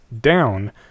down